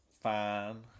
Fine